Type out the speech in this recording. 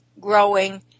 growing